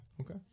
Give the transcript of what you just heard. Okay